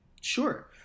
Sure